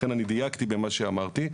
לכן אני דייקתי במה שאמרתי.